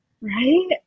Right